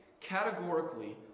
categorically